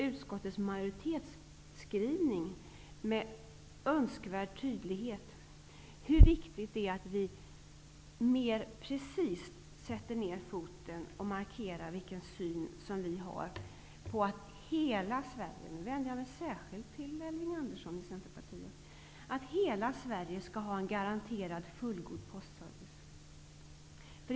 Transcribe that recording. Utskottets majoritetsskrivning visar med önskvärd tydlighet hur viktigt det är att vi mer precist sätter ned foten och markerar vilken syn vi har på att hela Sverige -- jag vänder mig särskilt till Elving Andersson i Centerpartiet -- skall ha en garanterat fullgod postservice.